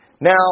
Now